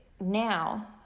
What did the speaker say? now